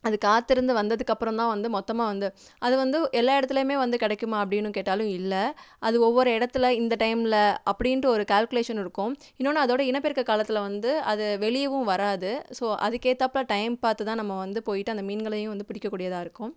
அது காத்திருந்து வந்ததுக்கப்புறந்தான் வந்து மொத்தமாக வந்து அது வந்து எல்லா இடத்துலையுமே வந்து கிடைக்குமா அப்படின்னு கேட்டாலும் இல்லை அது ஒவ்வொரு இடத்துல இந்த டைம்ல அப்படின்ட்டு ஒரு கால்க்குலேஷன் இருக்கும் இன்னொன்று அதோடய இனப்பெருக்க காலத்தில் வந்து அது வெளியேவும் வராது ஸோ அதுக்கேற்றாப்ல டைம் பார்த்துதான் நம்ம வந்து போய்ட்டு அந்த மீன்களையும் வந்து பிடிக்கக்கூடியதாக இருக்கும்